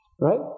right